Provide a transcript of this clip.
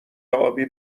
ابی